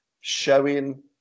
showing